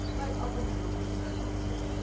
like oppenheimer would've done also.